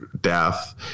death